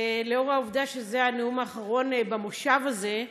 לאור העובדה שזה הנאום האחרון במושב הזה,